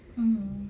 mm